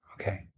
Okay